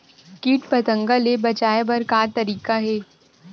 कीट पंतगा ले बचाय बर का तरीका हे?